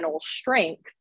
strength